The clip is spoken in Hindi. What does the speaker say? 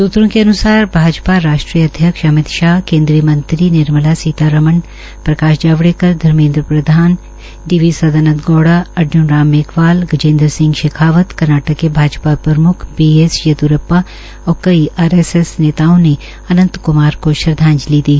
सूत्रों के अनुसार भाजपा राष्ट्रीय अध्यक्ष अमित शाह केन्द्रीय मंत्री Nirmala Sitharaman Prakash Javadekar Dharmendra Pradhan D V Sadananda Gowda Arjun Ram Meghwal Gajendra Singh Shekhawat Karnataka के भाजपा प्रम्ख बी एस येद्रप्पा और कई आर एस एस नेताओं ने अंतन क्मार को श्रद्वाजंलि दी